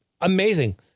amazing